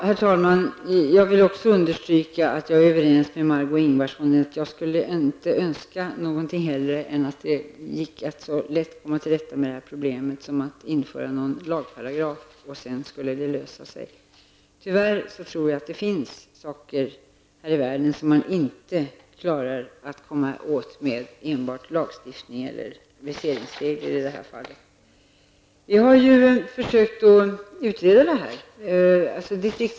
Herr talman! Jag skulle inte önska någonting hellre än att det gick att komma till rätta med det här problemet så lätt som genom att införa någon lagparagraf. Tyvärr finns det saker här i världen som man inte kommer åt med enbart lagstiftning eller, som i det här fallet, viseringsregler. Vi har försökt utreda det här.